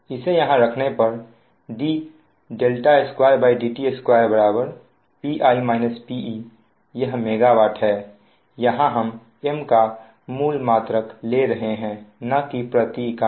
इसे यहां रखने पर d2dt2 Pi -Pe यह MW है यहां हम M का मूल मात्रक ले रहे हैं ना की प्रति इकाई